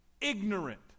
ignorant